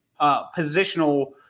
positional